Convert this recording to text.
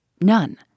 None